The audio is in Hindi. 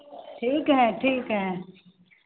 ठीक है ठीक है